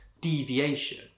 deviation